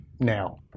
now